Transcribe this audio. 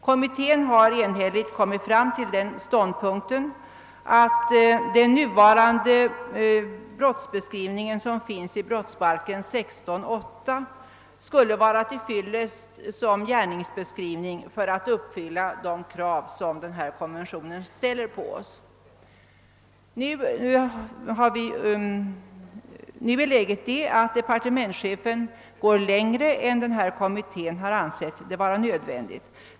Kommittén har enhälligt kommit fram till den ståndpunkten att den nuvarande brottsbeskrivningen i brottsbalken 16:8 skulle vara till fyllest som gärningsbeskrivning för att uppfylla de krav som denna konvention uppställer. Departementschefen går dock längre än vad denna kommitté funnit nödvändigt.